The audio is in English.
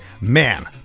man